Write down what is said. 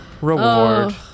reward